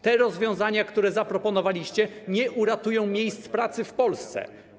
Te rozwiązania, które zaproponowaliście, nie uratują miejsc pracy w Polsce.